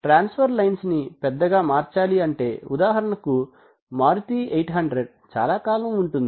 transfer lines ని పెద్దగా మార్చాలి అంటే ఉదాహరణకు మారుతి 800 చాలాకాలం ఉంటుంది